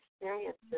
experiences